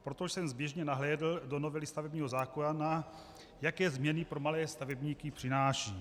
Proto jsem zběžně nahlédl do novely stavebního zákona, jaké změny pro malé stavebníky přináší.